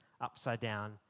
upside-down